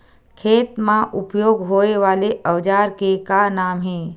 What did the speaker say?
खेत मा उपयोग होए वाले औजार के का नाम हे?